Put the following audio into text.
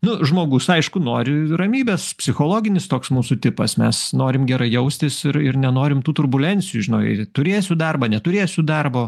na žmogus aišku nori ramybės psichologinis toks mūsų tipas mes norim gerai jaustis ir ir nenorim tų turbulencijų žinai turėsiu darbą neturėsiu darbo